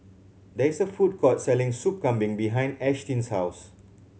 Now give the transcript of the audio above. there is a food court selling Soup Kambing behind Ashtyn's house